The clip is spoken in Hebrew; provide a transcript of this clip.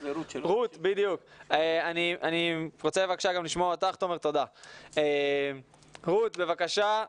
אני רוצה לשמוע אותך רות, בבקשה.